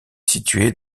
située